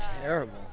terrible